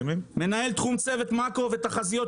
מנהל תחום צוות מאקרו ותחזיות,